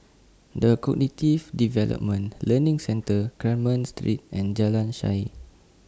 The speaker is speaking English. The Cognitive Development Learning Centre Carmen Street and Jalan Shaer